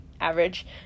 average